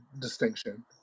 distinction